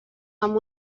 amb